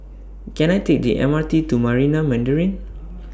Can I Take The M R T to Marina Mandarin